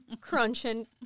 crunching